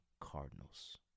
Cardinals